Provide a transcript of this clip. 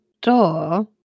door